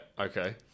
okay